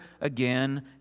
again